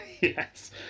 Yes